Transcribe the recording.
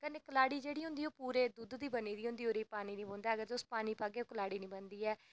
ते कलाड़ी जेह्ड़ी होंदी ओह् पूरे दुद्ध दी बनी दी होंदी ते अगर तुस पानी पागे कलाड़ी निं बनदी ऐ